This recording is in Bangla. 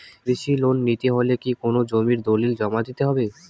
কৃষি লোন নিতে হলে কি কোনো জমির দলিল জমা দিতে হবে?